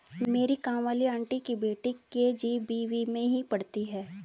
मेरी काम वाली आंटी की बेटी के.जी.बी.वी में ही पढ़ती है